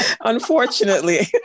Unfortunately